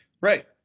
Right